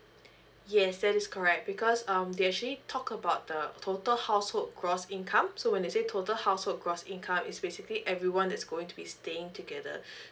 yes that is correct because um they actually talk about the total household gross income so when they say total household gross income is basically everyone is going to be staying together